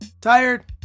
tired